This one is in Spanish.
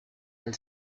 del